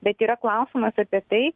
bet yra klausimas apie tai